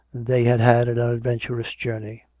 they had had an uiiadven turous journey.